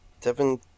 Devin